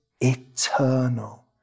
eternal